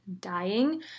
dying